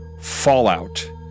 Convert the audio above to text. Fallout